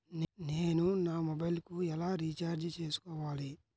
నేను నా మొబైల్కు ఎలా రీఛార్జ్ చేసుకోవాలి?